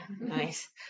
nice